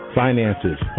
finances